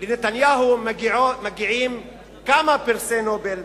לנתניהו מגיעים כמה פרסי נובל: